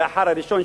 לאחר הראשון,